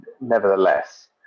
nevertheless